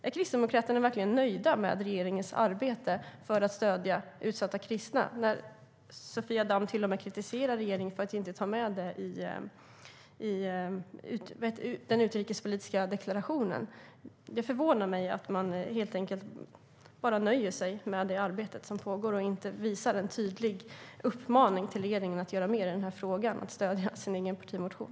Är Kristdemokraterna verkligen nöjda med regeringens arbete för att stödja utsatta kristna när Sofia Damm till och med kritiserar regeringen för att inte ta med det i den utrikespolitiska deklarationen? Det förvånar mig att man helt enkelt bara nöjer sig med det arbete som pågår och inte ger en tydlig uppmaning till regeringen att göra mer i frågan genom att stödja sin egen partimotion.